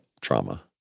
trauma